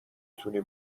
تونی